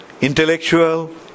Intellectual